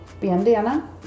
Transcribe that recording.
bandana